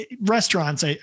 restaurants